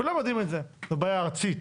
כולם יודעים את זה, וזו בעיה ארצית.